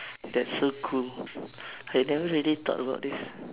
that's so cool I never really thought about this